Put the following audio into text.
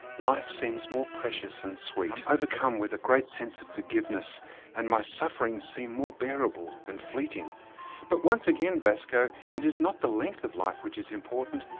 life seems more precious and sweet. i'm overcome with a great sense of forgiveness and my sufferings seem more bearable and fleeting but once again, vasco, it is not the length of life which is important,